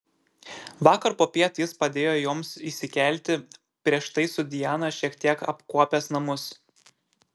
vakar popiet jis padėjo joms įsikelti prieš tai su diana šiek tiek apkuopęs namus